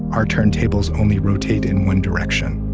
our turntables only rotate in one direction.